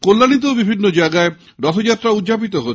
কল্যাণীতেও বিভিন্ন জায়গায় রথযাত্রা উদযাপন হচ্ছে